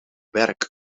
werk